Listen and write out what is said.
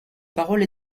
parole